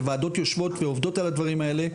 וועדות יושבות ועובדות על הדברים האלה.